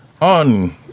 on